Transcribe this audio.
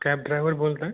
cab driver बोलत आहे